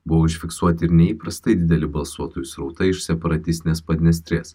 buvo užfiksuoti ir neįprastai didelį balsuotojų srautą iš separatistinės padnestrės